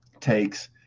takes